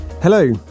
Hello